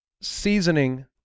seasoning